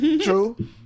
True